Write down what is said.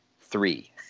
three